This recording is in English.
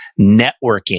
Networking